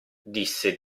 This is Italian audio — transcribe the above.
disse